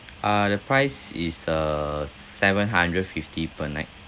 uh the price is uh s~ seven hundred fifty per night